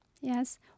yes